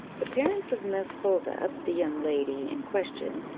the parents of miss holdup, the young lady in question,